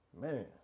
Man